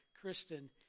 Kristen